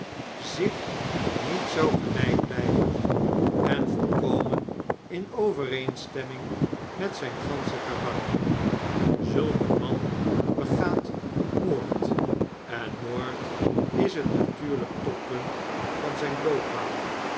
zich niet zou gelp blyven en volkomen in overeenstemming met zy n gansche karakter zulk een man begaat moord en moord is het natuurlyke toppunt vanzynloopbaan zulk